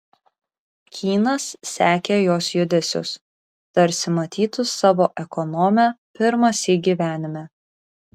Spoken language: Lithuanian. kynas sekė jos judesius tarsi matytų savo ekonomę pirmąsyk gyvenime